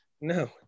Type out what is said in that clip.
No